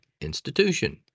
institution